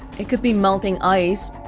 it could be melting ice